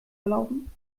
gelaufen